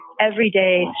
everyday